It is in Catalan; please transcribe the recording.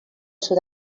sud